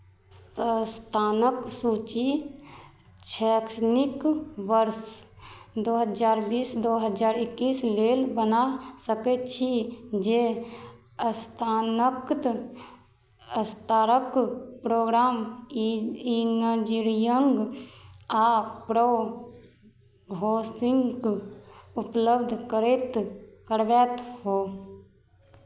संस्थानक सूची शैक्षणिक वर्ष दू हजार बीस दू हजार इकैस लेल बना सकैत छी जे स्नातक स्तरक प्रोग्राम इ इंजीनरियिंग आ प्रोभोसिंक उपलब्ध करैत करबैत हो